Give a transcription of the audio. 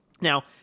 Now